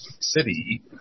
city